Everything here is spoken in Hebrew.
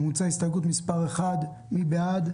הסתייגות מס' 1. מי בעד,